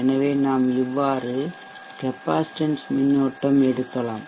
எனவே நாம் இவ்வாறு கெப்பாசிட்டன்ஸ் மின்னோட்டம் எடுக்கலாம்